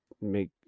make